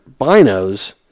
binos